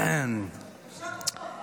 אפשר גם פחות,